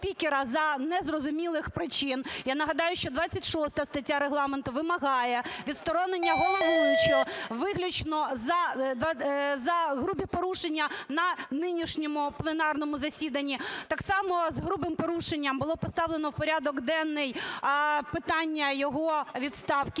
Я нагадаю, що 26 стаття Регламенту вимагає відсторонення головуючого виключно за грубі порушення на нинішньому пленарному засіданні. Так само з грубим порушенням було поставлено в порядок денний питання його відставки.